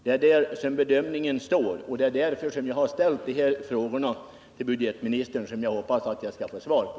Det är detta bedömningen gäller, och det är därför som jag har ställt de här frågorna till budgetministern, som jag hoppas få svar på.